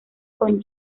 con